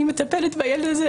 אני מטפלת בילד הזה,